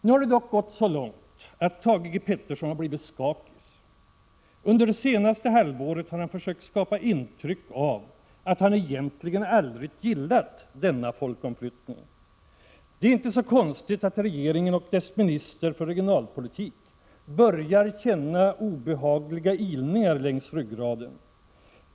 Nu har det dock gått så långt att Thage G. Peterson har blivit skakis. Under det senaste halvåret har han försökt att skapa intryck av att han egentligen aldrig gillat denna folkomflyttning. Det är inte så konstigt att regeringen och dess minister för regionalpolitik börjar känna obehagliga ilningar längs ryggraden.